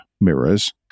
mirrors